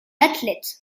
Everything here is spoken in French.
athlète